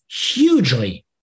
hugely